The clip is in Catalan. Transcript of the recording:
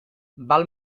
val